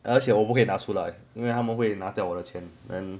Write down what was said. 而且我不可以拿出来因为他们会拿掉我的钱 then